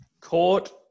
court